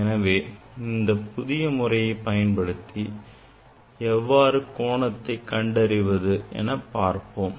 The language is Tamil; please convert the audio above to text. எனவே இந்த புதிய முறையை பயன்படுத்தி எவ்வாறு கோணத்தை கண்டறிவது என்று பார்ப்போம்